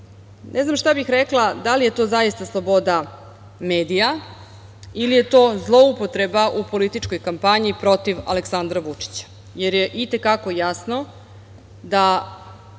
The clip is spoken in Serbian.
znam šta bih rekla, da li je to zaista sloboda medija ili je to zloupotreba u političkoj kampanji protiv Aleksandra Vučića, jer je i te kako jasno da